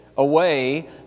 Away